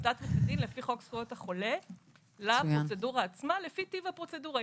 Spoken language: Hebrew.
לפי חוק זכויות החולה לפרוצדורה עצמה לפי טיב הפרוצדורה,